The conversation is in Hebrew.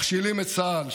מכשילים את צה"ל,